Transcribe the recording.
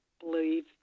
believe